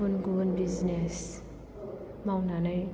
गुबुन गुबुन बिजनेस मावनानै